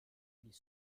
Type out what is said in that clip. ils